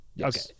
Okay